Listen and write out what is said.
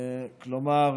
כלומר,